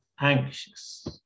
anxious